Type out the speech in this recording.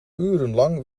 urenlang